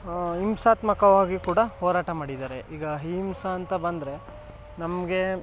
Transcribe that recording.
ಹಿಂಸಾತ್ಮಕವಾಗಿ ಕೂಡ ಹೋರಾಟ ಮಾಡಿದ್ದಾರೆ ಈಗ ಅಹಿಂಸ ಅಂತ ಬಂದರೆ ನಮಗೆ